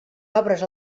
obres